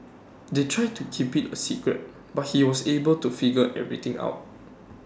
they tried to keep IT A secret but he was able to figure everything out